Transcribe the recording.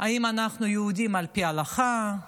אם אנחנו יהודים על פי ההלכה,